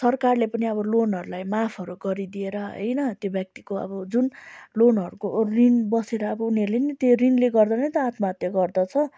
सरकारले पनि अब लोनहरूलाई माफहरू गरिदिएर होइन त्यो व्यक्तिको अब जुन लोनहरूको ऋण बसेर अब उनीहरूले नि त्यो ऋणले गर्दा नै त आत्माहत्या गर्दछ